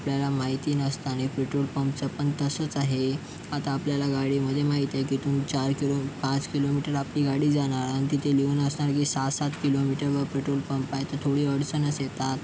आपल्याला माहिती नसतं आणि पेट्रोल पंपचं पण तसंच आहे आता आपल्याला गाडीमध्ये माहीत आहे की इथून चार किलो पाच किलोमीटर आपली गाडी जाणार आणि तिथे लिहून असणार की सहा सात किलोमीटरवर पेट्रोल पंप आहे तर थोडी अडचणच येतात